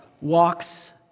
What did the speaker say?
walks